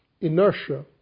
inertia